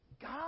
God